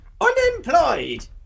unemployed